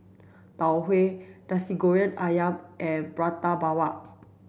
tau huay nasi goreng ayam and prata bawang